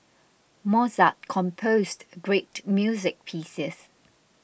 Mozart composed great music pieces